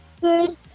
Good